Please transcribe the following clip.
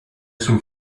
sul